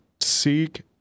seek